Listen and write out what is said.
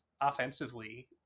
offensively